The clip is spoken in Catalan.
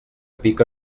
pica